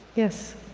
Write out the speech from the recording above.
yes.